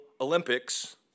olympics